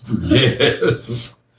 Yes